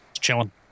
chilling